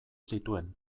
zituen